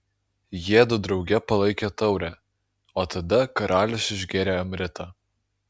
jiedu drauge palaikė taurę o tada karalius išgėrė amritą